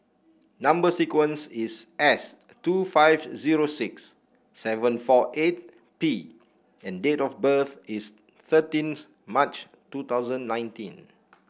number sequence is S two five zero six seven four eight P and date of birth is thirteenth March two thousand nineteen